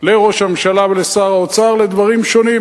לראש הממשלה ולשר האוצר לדברים שונים,